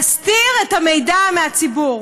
להסתיר את המידע מהציבור.